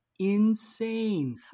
insane